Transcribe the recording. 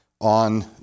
on